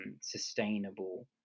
sustainable